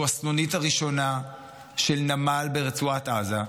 שהוא הסנונית הראשונה של נמל ברצועת עזה,